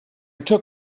took